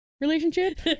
relationship